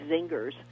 zingers